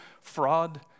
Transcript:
fraud